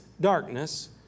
darkness